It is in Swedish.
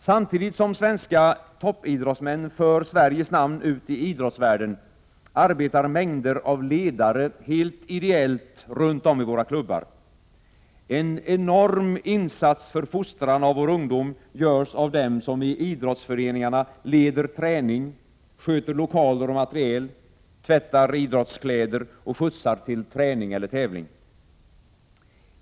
Samtidigt som svenska toppidrottsmän för Sveriges namn ut i idrottsvärlden, arbetar mängder av ledare helt ideellt runt om i våra klubbar. En enorm insats för fostran av vår ungdom görs av dem som i idrottsföreningarna leder träning, sköter lokaler och materiel, tvättar idrottskläder och skjutsar ungdomarna till träning eller tävling.